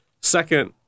Second